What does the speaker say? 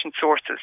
sources